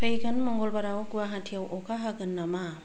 फैगोन मंगलबाराव गुवाहाटियाव अखा हागोन नामा